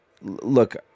Look